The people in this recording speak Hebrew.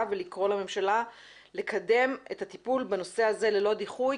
ולקרוא לממשלה לקדם את הטיפול בנושא הזה ללא דיחוי,